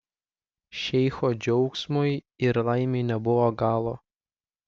šeicho džiaugsmui ir laimei nebuvo galo